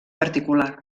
particular